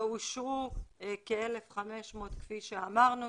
ואושרו כ-1,500 כפי שאמרנו.